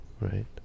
right